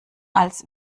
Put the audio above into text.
als